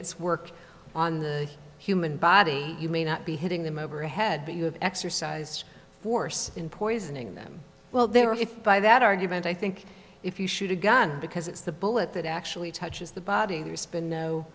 its work on the human body you may not be hitting them over a head but you have exercised force in poisoning them well there if by that argument i think if you shoot a gun because it's the bullet that actually touches the